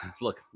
look